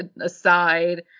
aside